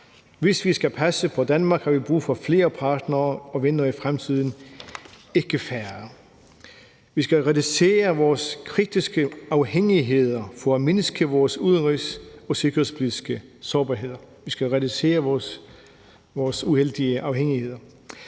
Hvis vi skal passe på Danmark, har vi brug for flere partnere og venner i fremtiden, ikke færre. Vi skal realisere vores kritiske afhængigheder for at mindske vores udenrigs- og sikkerhedspolitiske sårbarheder. Vi skal reducere vores uheldige afhængigheder.